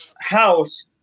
house